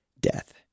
death